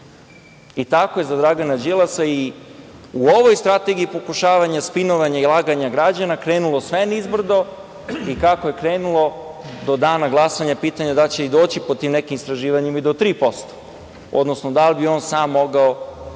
i tako je za Dragana Đilasa i u ovoj strategiji pokušavanja spinovanja i laganja građana krenulo sve nizbrdo. Kako je krenulo, do dana glasanja pitanje je da li će i doći po tim nekim istraživanjima i do 3%, odnosno da li bi on sam mogao